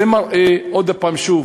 זה מראה עוד פעם, שוב,